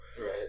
Right